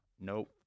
Nope